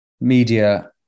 Media